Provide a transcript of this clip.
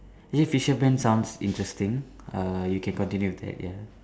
actually tuition plan sounds interesting err you can continue with that ya